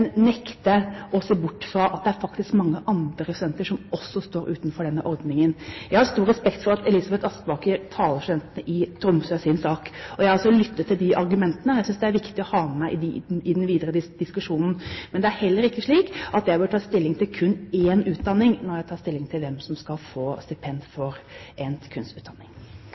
å se bort fra at det faktisk er ganske mange andre studenter som også står utenfor denne ordningen. Jeg har stor respekt for at Elisabeth Aspaker taler Tromsø-studentenes sak, og jeg har lyttet til argumentene. Jeg synes det er viktig å ha med meg dem i den videre diskusjonen. Men det er heller ikke slik at jeg bør ta stilling til kun én utdanning når jeg tar stilling til hvem som skal få stipend for en kunstutdanning.